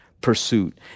pursuit